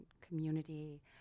community